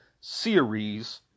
series